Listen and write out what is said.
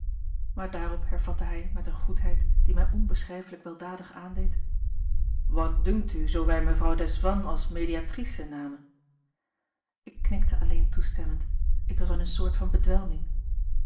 maar daarop hervatte hij met eene goedheid die mij onbeschrijflijk weldadig aandeed wat dunkt u zoo wij mevrouw desvannes als médiatrice namen ik knikte alleen toestemmend ik was in eene soort van bedwelming